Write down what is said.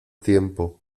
tiempo